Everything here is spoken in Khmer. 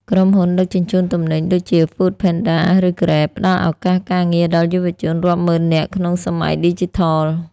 ក្រុមហ៊ុន ដឹកជញ្ជូនទំនិញ ដូចជា Foodpanda ឬ Grab ផ្ដល់ឱកាសការងារដល់យុវជនរាប់ម៉ឺននាក់ក្នុងសម័យឌីជីថល។